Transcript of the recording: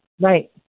Right